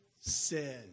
sin